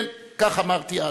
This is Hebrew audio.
כן, כך אמרתי אז.